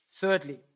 Thirdly